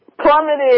Plummeted